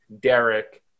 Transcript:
Derek